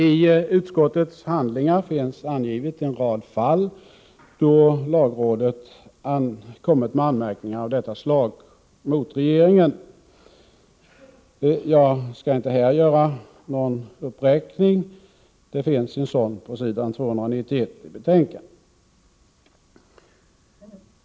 I utskottets handlingar finns angivet en rad fall, där lagrådet kommit med anmärkningar av detta slag mot regeringen. Jag skall inte här göra någon uppräkning — det finns en sådan på s. 291 i betänkandet.